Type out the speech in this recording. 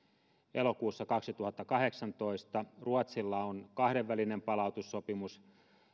elokuussa kaksituhattakahdeksantoista ruotsilla on kahdenvälinen palautussopimus